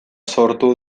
sortu